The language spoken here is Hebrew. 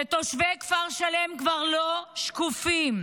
שתושבי כפר שלם כבר לא שקופים.